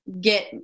get